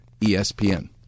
ESPN